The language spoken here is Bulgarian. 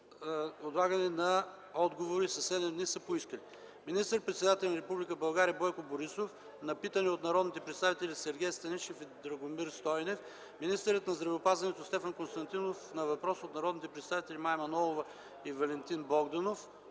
отлагане на отговори със седем дни са поискали: - министър-председателят на Република България Бойко Борисов на питане от народните представители Сергей Станишев и Драгомир Стойнев; - министърът на здравеопазването Стефан Константинов на въпрос от народните представители Мая Манолова и Валентина Богданова;